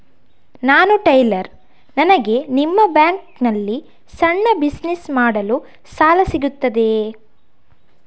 ನಾನು ಟೈಲರ್, ನನಗೆ ನಿಮ್ಮ ಬ್ಯಾಂಕ್ ನಲ್ಲಿ ಸಣ್ಣ ಬಿಸಿನೆಸ್ ಮಾಡಲು ಸಾಲ ಸಿಗುತ್ತದೆಯೇ?